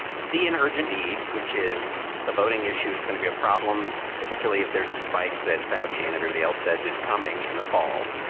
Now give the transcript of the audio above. see an urgent need, which is the voting issue is gonna be a problem, particularly if there's a spike that foushee and everybody else says is coming in the fall.